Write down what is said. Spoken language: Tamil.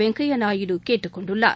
வெங்கய்யா நாயுடு கேட்டுக் கொண்டுள்ளார்